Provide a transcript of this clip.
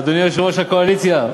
אדוני יושב-ראש הקואליציה,